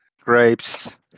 grapes